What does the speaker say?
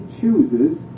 chooses